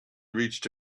reached